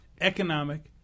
economic